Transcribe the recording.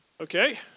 Okay